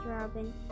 robin